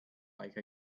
like